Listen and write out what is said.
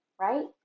right